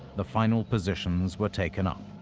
the final positions were taken up.